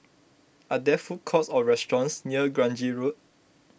are there food courts or restaurants near Grange Road